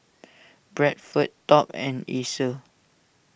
Bradford Top and Acer